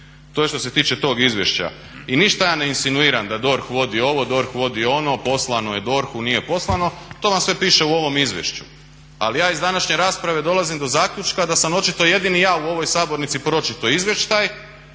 To je to što se tiče tog izvješća. I ništa ja ne insinuiram da DORH vodi ovo, DORH vodi ono, poslano je DORH-u, nije poslano. To vam sve piše u ovom izvješću. Ali ja iz današnje rasprave dolazim do zaključka da sam očito jedini ja u ovoj sabornici pročitao izvještaj